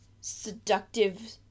seductive